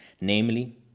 Namely